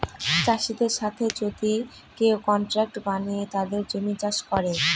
চাষীদের সাথে যদি কেউ কন্ট্রাক্ট বানিয়ে তাদের জমি চাষ করে